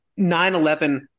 9-11